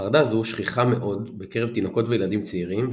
חרדה זו שכיחה מאוד בקרב תינוקות וילדים צעירים,